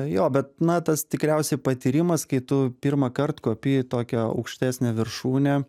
jo bet na tas tikriausiai patyrimas kai tu pirmąkart kopi į tokią aukštesnę viršūnę